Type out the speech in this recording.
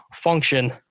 function